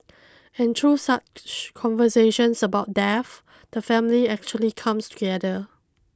and through such conversations about death the family actually comes together